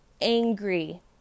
angry